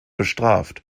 bestraft